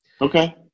Okay